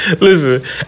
Listen